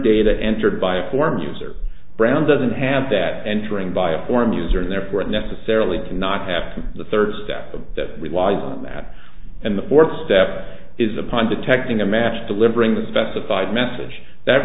data entered by a form user brown doesn't have that entering by a form user and therefore it necessarily cannot have to the third step of that relies on that and the fourth step is upon detecting a match delivering the specified message that